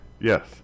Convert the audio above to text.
Yes